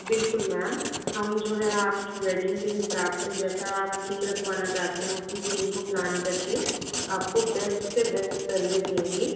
बिल्कुल मैम हम जो हैं आपकी वेडिंग के हिसाब से जैसा आप थीम रखवाना चाहते हैं उसी थीम को प्लान करके आपको बेस्ट से बेस्ट सर्विस देंगे